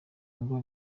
ngo